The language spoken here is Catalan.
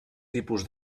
tipus